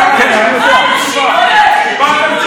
בנגב.